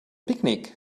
picnic